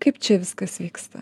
kaip čia viskas vyksta